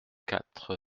quatre